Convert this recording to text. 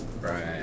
right